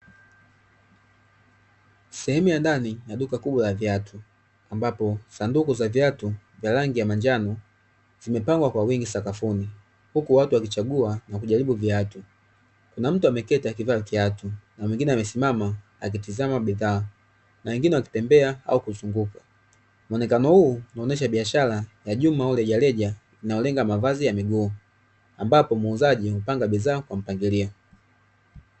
Sehemu ya ndani na duka kubwa la viatu ambapo sanduku za viatu vya rangi ya manjano kwa wingi sakafuni huku watu wakichagua na kujaribu viatu kuna mtu ameketi akivaa kiatu na mwingine amesimama akitizama bidhaa na wengine wakitembea au kuzunguka na ni kama huu unaonyesha biashara ya jumla au rejareja, mteja anaolenga mavazi ya miguu ambapo muuzaji upanga bidhaa kwa mpangilio.